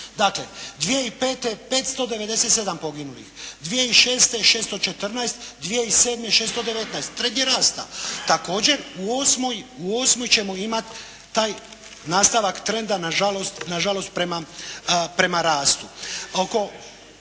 Dakle, 2005. 597 poginulih, 2006. 614, 2007. 619. Trend je rasta. Također u 08. ćemo imati taj nastavak trenda nažalost prema rastu.